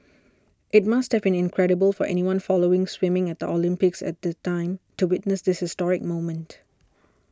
it must have been incredible for anyone following swimming at the Olympics at the time to witness this historic moment